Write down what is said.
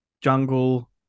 Jungle